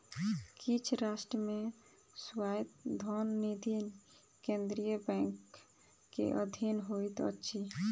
किछ राष्ट्र मे स्वायत्त धन निधि केंद्रीय बैंक के अधीन होइत अछि